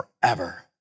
forever